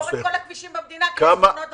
תסגור את כל הכבישים במדינה כי יש תאונות דרכים.